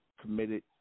committed